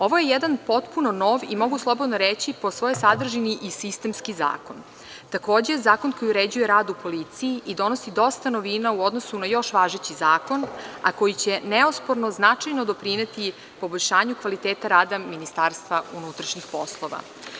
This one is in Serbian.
Ovo je jedan potpuno nov i mogu slobodno reći po svojoj sadržini i sistemski zakon, takođe, zakon koji uređuje rad u policiji i donosi dosta novina u odnosu na još važeći zakon, a koji će neosporno značajno doprineti poboljšanju kvaliteta rada MUP.